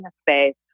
space